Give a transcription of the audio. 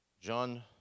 John